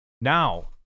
Now